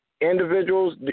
individuals